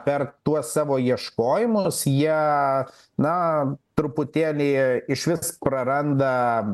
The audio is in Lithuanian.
per tuos savo ieškojimus jie na truputėlį išvis praranda